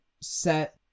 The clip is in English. set